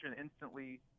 instantly